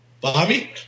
Bobby